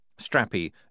Strappy